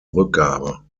rückgabe